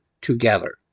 together